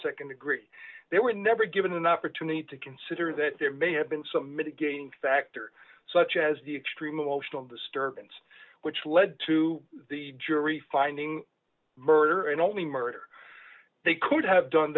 nd degree they were never given an opportunity to consider that there may have been some mitigating factor such as the extreme emotional disturbance which led to the jury finding murder and only murder they could have done